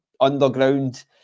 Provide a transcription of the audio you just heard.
underground